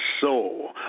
soul